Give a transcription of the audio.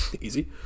Easy